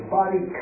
body